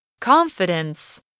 Confidence